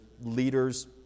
leaders